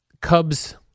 Cubs